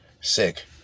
Sick